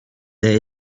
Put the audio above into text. there